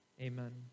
amen